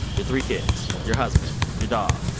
your three kids, your husband, your dog,